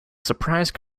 surprise